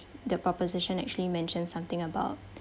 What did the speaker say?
the proposition actually mentioned something about